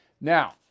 now